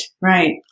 right